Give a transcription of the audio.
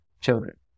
children